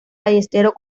ballesteros